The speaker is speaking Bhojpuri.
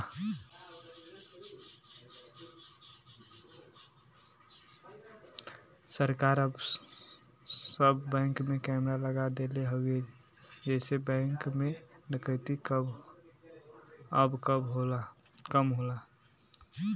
सरकार अब सब बैंक में कैमरा लगा देले हउवे जेसे बैंक में डकैती अब कम होला